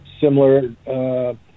similar